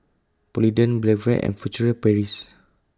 Polident Blephagel and Furtere Paris